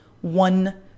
one